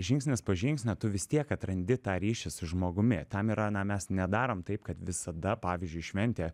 žingsnis po žingsnio tu vis tiek atrandi tą ryšį su žmogumi tam yra na mes nedarom taip kad visada pavyzdžiui šventė